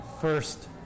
first